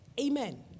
Amen